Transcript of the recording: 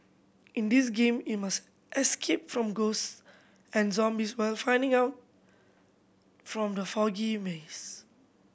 in this game you must escape from ghost and zombies while finding out from the foggy maze